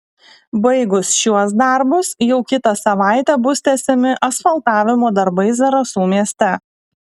baigus šiuos darbus jau kitą savaitę bus tęsiami asfaltavimo darbai zarasų mieste